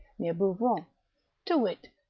near bouvron to wit,